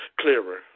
clearer